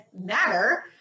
matter